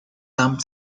dump